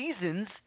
seasons